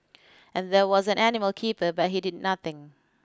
and there was an animal keeper but he did nothing